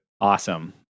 awesome